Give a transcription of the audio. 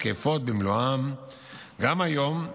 תקפות במלואן גם היום,